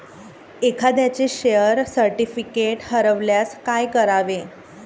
एखाद्याचे share certificate हरवल्यास काय करावे?